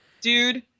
Dude